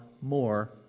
more